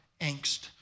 angst